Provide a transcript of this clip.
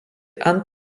ant